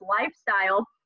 lifestyle